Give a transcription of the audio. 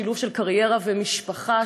שילוב של קריירה ומשפחה,